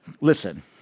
listen